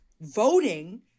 voting